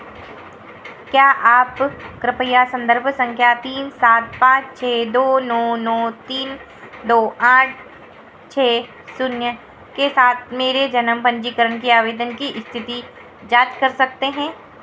क्या आप कृपया संदर्भ संख्या तीन सात पाँच छः दो नौ नौ तीन दो आठ छः शून्य के साथ मेरे जन्म पंजीकरण की आवेदन की स्थिति जाँच कर सकते हैं